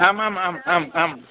आम् आम् आम् आम् आम्